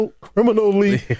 criminally